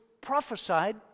prophesied